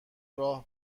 راه